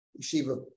Yeshiva